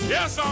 Yes